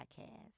podcast